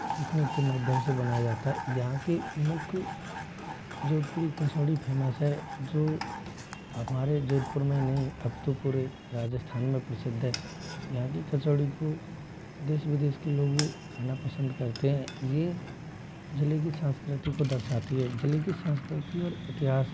तकनीक के माध्यम से बनाया जाता है यहाँ की मुख्य जोधपुरी कचोड़ी फेमस है जो हमारे जोधपुर में नहीं अब तो पूरे राजस्थान में प्रसिद्ध है यहाँ की कचोड़ी को देश विदेश के लोग भी खाना पसंद करते हैं ये ज़िले की संस्कृति को दर्शाती है ज़िले की संस्कृति और इतिहास